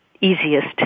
easiest